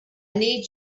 need